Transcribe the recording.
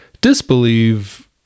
disbelieve